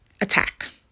attack